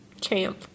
champ